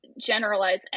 generalize